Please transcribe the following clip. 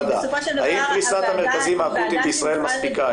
'האם פריסת המרכזים האקוטיים מספיקה.